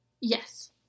Yes